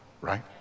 right